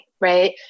Right